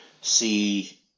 see